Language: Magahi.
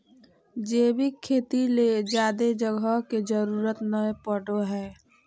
जैविक खेती ले ज्यादे जगह के जरूरत नय पड़ो हय